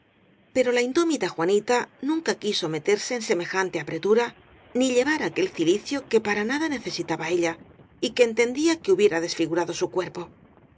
pero la in dómita juanita nunca quiso meterse en semejante apretura ni llevar aquel cilicio que para nada nece sitaba ella y que entendía que hubiera desfigurado su cuerpo